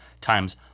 times